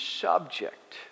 subject